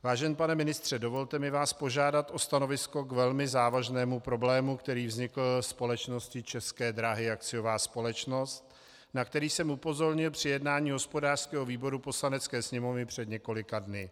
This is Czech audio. Vážený pane ministře, dovolte mi vás požádat o stanovisko k velmi závažnému problému, který vznikl společnosti České dráhy, a. s., na který jsem upozornil při jednání hospodářského výboru Poslanecké sněmovny před několika dny.